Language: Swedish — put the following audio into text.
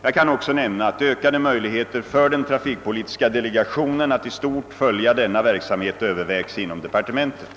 Jag kan också nämna att ökade möjligheter för den trafikpolitiska delegationen att i stort följa den na verksamhet övervägs inom departementet.